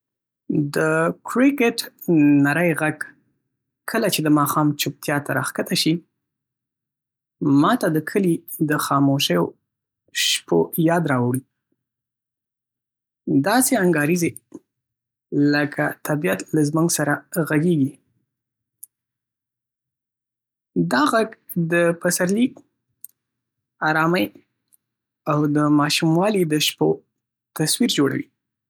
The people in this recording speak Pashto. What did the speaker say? د کریکټ نری غږ کله چې د ماښام چوپتیا ته راښکته شي، ما ته د کلي د خاموشيو شپو یاد راوړي. داسې انګارېږي لکه طبیعت له موږ سره غږېږي. دا غږ د پسرلي، ارامۍ او له ماشوموالي د شپو تصویر جوړوي.